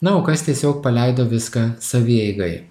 na o kas tiesiog paleido viską savieigai